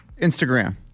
Instagram